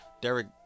Derek